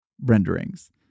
renderings